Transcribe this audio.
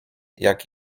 jak